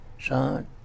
son